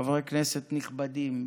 חברי כנסת נכבדים,